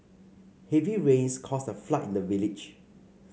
heavy rains caused a flood in the village